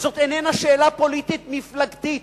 וזאת איננה שאלה פוליטית מפלגתית.